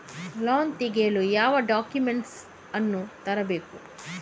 Loan ತೆಗೆಯಲು ಯಾವ documents ಅನ್ನು ತರಬೇಕು?